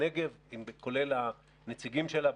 כולל הנציגים שלה,